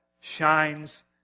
shines